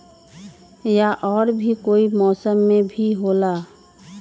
या और भी कोई मौसम मे भी होला?